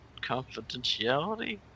confidentiality